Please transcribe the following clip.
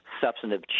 substantive